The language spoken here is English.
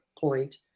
point